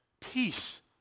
Peace